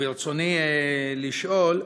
ברצוני לשאול: